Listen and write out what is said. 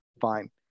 fine